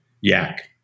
yak